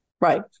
Right